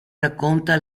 racconta